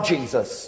Jesus